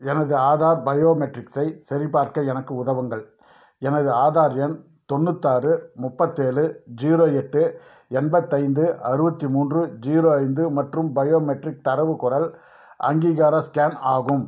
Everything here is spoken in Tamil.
எனது ஆதார் பயோமெட்ரிக்ஸை சரிபார்க்க எனக்கு உதவுங்கள் எனது ஆதார் எண் தொண்ணூத்தாறு முப்பத்தேழு ஜீரோ எட்டு எண்பத்தைந்து அறுபத்தி மூன்று ஜீரோ ஐந்து மற்றும் பயோமெட்ரிக் தரவு குரல் அங்கீகார ஸ்கேன் ஆகும்